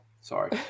Sorry